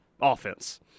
offense